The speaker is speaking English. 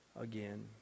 again